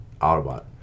Autobot